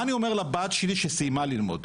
מה אני אומר לבת שלי שסיימה ללמוד?